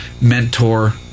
mentor